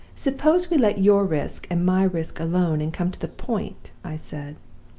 suppose we let your risk and my risk alone, and come to the point i said.